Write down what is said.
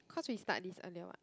cause we start this earlier [what]